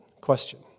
question